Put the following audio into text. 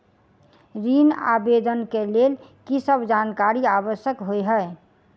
ऋण आवेदन केँ लेल की सब जानकारी आवश्यक होइ है?